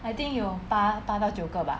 I think 有八八到九个 bah